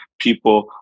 people